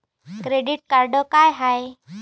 Credit card का हाय?